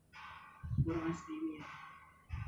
oh orang asli is scary also you know